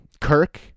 Kirk